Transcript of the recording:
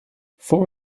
four